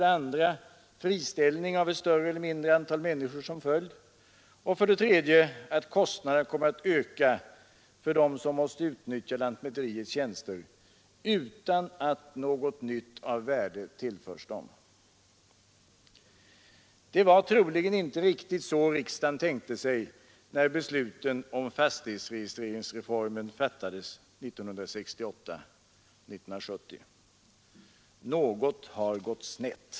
2) Friställning av ett större eller mindre antal människor blir en följd därav. 3) Kostnaderna kommer att öka för dem som måste utnyttja lantmäteriets tjänster utan att något nytt av värde tillförs dem. Det var troligen inte riktigt så riksdagen tänkte sig när besluten om fastighetsregistreringsreformen fattades 1968 och 1970. Något har gått snett!